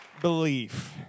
belief